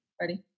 Ready